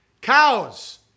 Cows